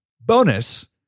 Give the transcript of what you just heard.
Bonus